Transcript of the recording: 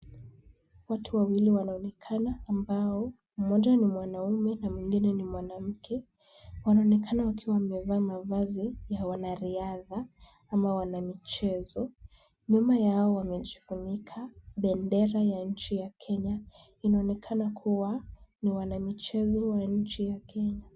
Watu wawili wanaonekana ambao mmoja ni mwanamume na mwingine ni mwanamke. Wanaonekana wakiwa wamevaa mavazi ya wanariadha ama wanamichezo. Nyuma yao wamejifunika bendera ya nchi ya Kenya. Inaonekana kuwa ni wanamichezo wa nchi ya Kenya.